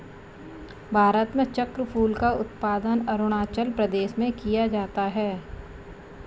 भारत में चक्रफूल का उत्पादन अरूणाचल प्रदेश में किया जाता है